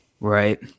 right